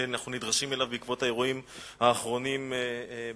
שאנחנו נדרשים אליו בעקבות האירועים האחרונים בהאיטי,